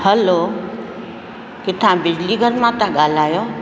हलो किथा बिजली घर मां था ॻाल्हायो